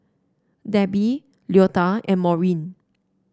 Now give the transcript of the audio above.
Debbie Leota and Maureen